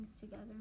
together